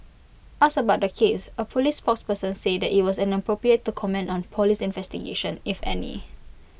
asked about the case A Police spokesperson said IT was inappropriate to comment on Police investigations if any